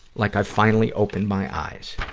like i finally opened my eyes.